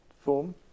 form